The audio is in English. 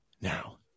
now